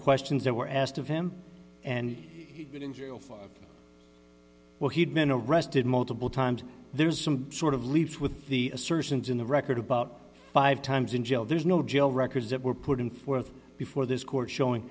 questions that were asked of him and of well he'd been arrested multiple times there was some sort of leaves with the assertions in the record about five times in jail there's no jail records that were put in forth before this court showing